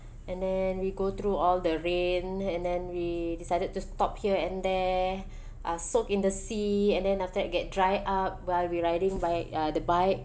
and then we go through all the rain and then we decided to stop here and there uh soak in the sea and then after that get dry up while we riding by uh the bike